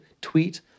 tweet